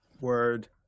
Word